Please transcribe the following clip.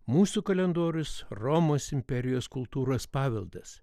mūsų kalendorius romos imperijos kultūros paveldas